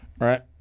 right